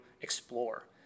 explore